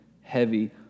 heavy